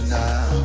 now